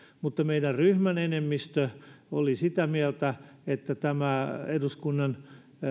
mutta meidän ryhmämme enemmistö oli sitä mieltä että tämä eduskunnan